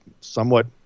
somewhat